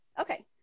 Okay